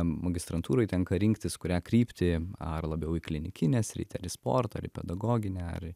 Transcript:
magistrantūroj tenka rinktis kurią kryptį ar labiau į į klinikinę sritį ar į sportą ar į pedagoginę ar į